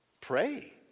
Pray